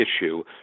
issue